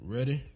Ready